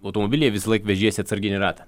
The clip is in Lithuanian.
automobilyje visąlaik vežiesi atsarginį ratą